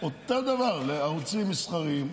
אותו הדבר, לערוצים מסחריים.